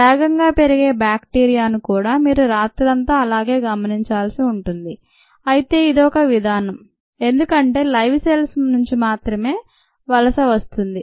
వేగంగా పెరిగే బ్యాక్టీరియాను కూడా మీరు రాత్రంతా అలాగే ఉంచాల్సి ఉంటుంది అయితే ఇది ఒక విధానం ఎందుకంటే లైవ్ సెల్స్ నుంచి మాత్రమే వలస వస్తుంది